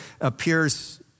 appears